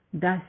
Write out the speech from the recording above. Thus